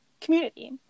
Community